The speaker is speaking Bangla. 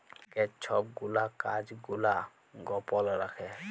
ব্যাংকের ছব গুলা কাজ গুলা গপল রাখ্যে